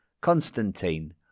Constantine